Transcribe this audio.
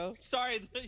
sorry